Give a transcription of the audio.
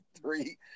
three